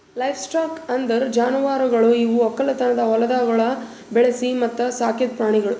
livestock ಅಂದುರ್ ಜಾನುವಾರುಗೊಳ್ ಇವು ಒಕ್ಕಲತನದ ಹೊಲಗೊಳ್ದಾಗ್ ಬೆಳಿಸಿ ಮತ್ತ ಸಾಕಿದ್ ಪ್ರಾಣಿಗೊಳ್